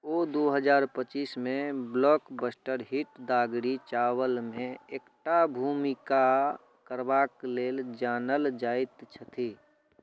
ओ दू हजार पचीस मे ब्लॉकबस्टर हिट दागड़ी चावलमे एकटा भूमिका करबाक लेल जानल जाइत छथि